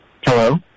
Hello